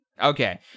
Okay